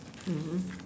mm